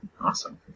Awesome